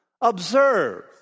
Observe